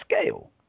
scale